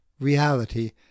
reality